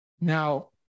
Now